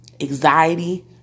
anxiety